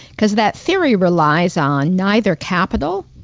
because that theory relies on neither capital,